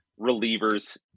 relievers